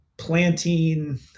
planting